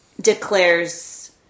declares